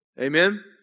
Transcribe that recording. Amen